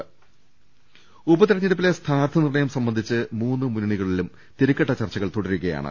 ് ഉപതെരഞ്ഞെടുപ്പിലെ സ്ഥാനാർത്ഥി നിർണ്ണയം സംബന്ധിച്ച് മൂന്ന് മുന്നണികളിലും തിരക്കിട്ട ചർച്ചകൾ തുടരുകയാണ്